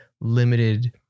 limited